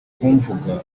kumvuga